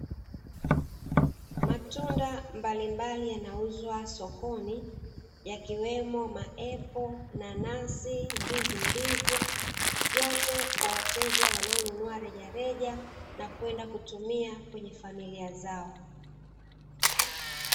Matunda mbalimbali yanauzwa sokoni yakiwemo maepo, nanasi, ndizi mbivu, vyote kwa wateja wanao nunua rejereja na kwenda kutumia kwenye familia zao.